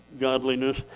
godliness